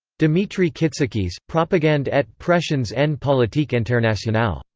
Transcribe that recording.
dimitri kitsikis, propagande et pressions en politique internationale.